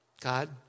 God